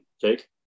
Jake